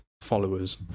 followers